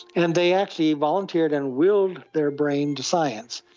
and they actually volunteered and willed their brain to science,